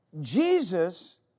Jesus